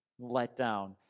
letdown